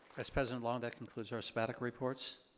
vice president long, that concludes our sabbatical reports.